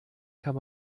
kann